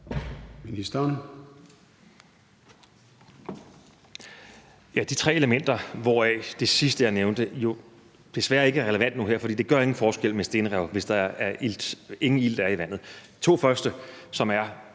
Der er de tre elementer, hvoraf det sidste, jeg nævnte, jo desværre ikke er relevant nu her, for det gør ingen forskel med stenrev, hvis der ingen ilt er i vandet. Det første, som er